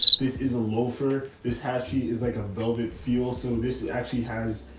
this is a loafer is hatchi is like a velvet fuel. so this actually has,